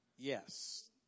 Yes